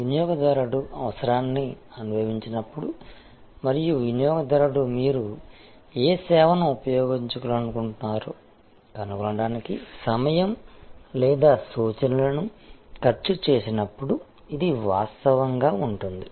వినియోగదారుడు అవసరం వచ్చినప్పుడు మరియు వినియోగదారుడు మీరు ఏ సేవను ఉపయోగించాలనుకుంటున్నారో కనుగొనడానికి సమయం లేదా సూచనలను ఖర్చు చేసినప్పుడు ఇది వాస్తవంగా ఉంటుంది